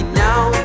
now